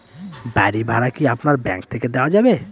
বাড়ী ভাড়া কি আপনার ব্যাঙ্ক থেকে দেওয়া যাবে?